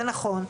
ונכון,